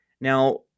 Now